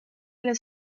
las